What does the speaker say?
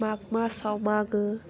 माघ मासाव मागो